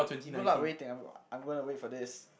good luck waiting I'm I'm gonna wait for this